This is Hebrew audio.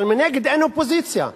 אבל מנגד אין אופוזיציה.